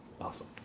Awesome